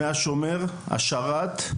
מהשומר, השרת,